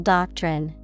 Doctrine